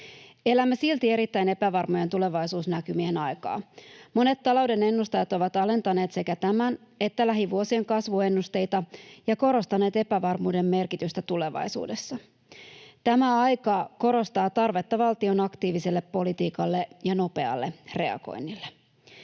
Elämme silti erittäin epävarmojen tulevaisuusnäkymien aikaa. Monet talouden ennustajat ovat alentaneet sekä tämän että lähivuosien kasvuennusteita ja korostaneet epävarmuuden merkitystä tulevaisuudessa. Tämä aika korostaa tarvetta valtion aktiiviselle politiikalle ja nopealle reagoinnille.